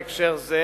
בהקשר זה